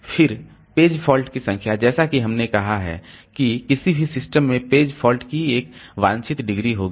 फिर page fault की संख्या जैसा कि हमने कहा है कि किसी भी सिस्टम में पेज फॉल्ट की एक वांछित डिग्री होगी